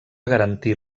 garantir